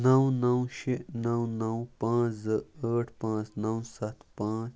نَو نَو شےٚ نَو نَو پانٛژھ زٕ ٲٹھ پانٛژھ نَو سَتھ پانٛژھ